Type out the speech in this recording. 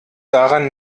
daran